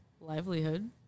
livelihood